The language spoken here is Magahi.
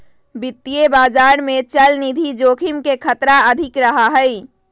वित्तीय बाजार में चलनिधि जोखिम के खतरा अधिक रहा हई